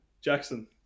Jackson